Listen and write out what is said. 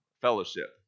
fellowship